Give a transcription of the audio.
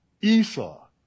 Esau